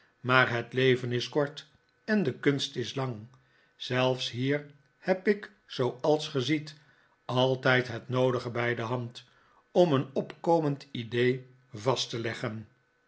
maar het leven is kort en de kunst is lang zelfs hier heb ik zooals ge ziet altijd het noodige bij de hand om een opkomend idee vast te leggen